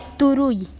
ᱛᱩᱨᱩᱭ